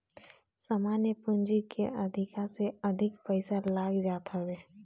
सामान्य पूंजी के अधिका से अधिक पईसा लाग जात हवे